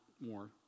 more